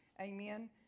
Amen